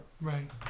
Right